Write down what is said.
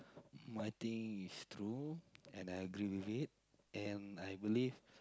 I think it's true and I agree with it and I believe